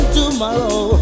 tomorrow